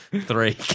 three